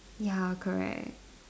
ya correct